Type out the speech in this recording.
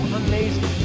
amazing